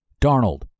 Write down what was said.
Darnold